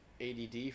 ADD